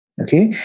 Okay